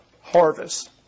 harvest